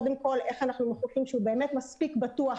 קודם כל איך אנחנו יודעים שהוא באמת מספיק בטוח